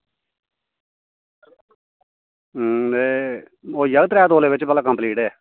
हूं एह् होई जाग त्रै तोले च भला कम्पलीट ऐ